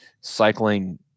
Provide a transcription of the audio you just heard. cycling